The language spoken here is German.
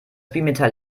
bimetall